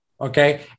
Okay